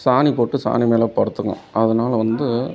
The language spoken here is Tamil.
சாணி போட்டு சாணிமேலே படுத்துக்கும் அதனால வந்து